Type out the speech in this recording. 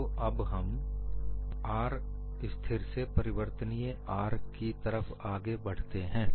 तो अब हम स्थिर से परिवर्तनीय R की तरफ आगे बढ़ते हैं